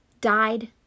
died